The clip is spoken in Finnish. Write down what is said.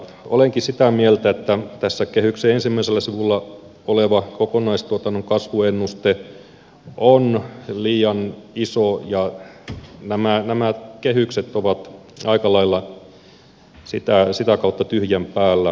olenkin sitä mieltä että tässä kehyksien ensimmäisellä sivulla oleva kokonaistuotannon kasvuennuste on liian iso ja nämä kehykset ovat aika lailla sitä kautta tyhjän päällä